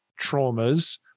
traumas